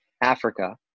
Africa